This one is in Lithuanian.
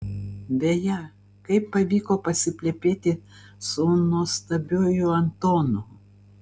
beje kaip pavyko pasiplepėti su nuostabiuoju antonu